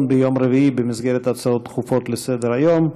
ביום רביעי במסגרת הצעות דחופות לסדר-היום,